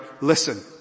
listen